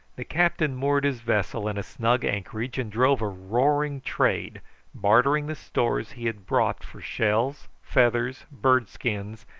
the captain moored his vessel in a snug anchorage, and drove a roaring trade bartering the stores he had brought for shells, feathers, bird-skins,